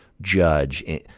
judge